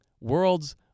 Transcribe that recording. world's